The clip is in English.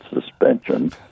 suspension